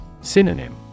Synonym